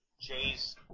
Jay's